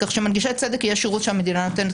כך שמנגישי צדק יהיה שירות שהמדינה נותנת.